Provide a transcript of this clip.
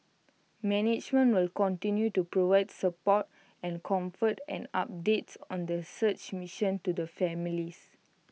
management will continue to provide support and comfort and updates on the search mission to the families